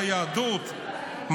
ביהדות,